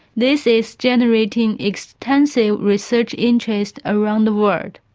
this is generating extensive research interest around the world.